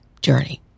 journey